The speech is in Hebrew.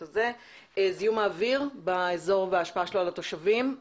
זיהום האוויר באזור וההשפעה שלו על התושבים,